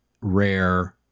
rare